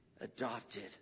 adopted